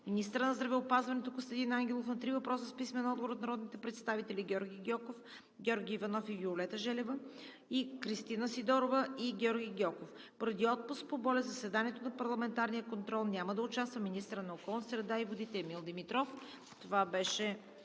министърът на здравеопазването Костадин Ангелов – на три въпроса с писмен отговор от народните представители Георги Гьоков, Георги Йорданов и Виолета Желева; Кристина Сидорова; и Георги Гьоков. Поради отпуск по болест в заседанието за парламентарен контрол няма да участва министърът на околната среда и водите Емил Димитров.